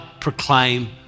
proclaim